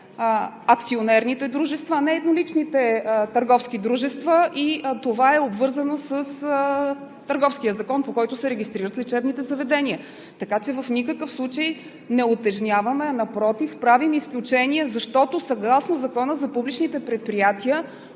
акционерните дружества, а не едноличните търговски дружества. Това е обвързано с Търговския закон, по който се регистрират лечебните заведения. Така че в никакъв случай не утежняваме, а, напротив, правим изключение, защото, съгласно Закона за публичните предприятия,